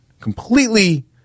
completely